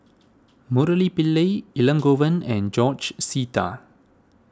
Murali Pillai Elangovan and George Sita